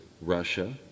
Russia